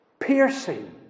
Piercing